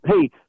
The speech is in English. hey